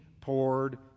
poured